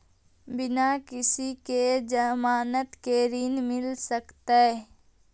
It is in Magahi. बिना किसी के ज़मानत के ऋण मिल सकता है?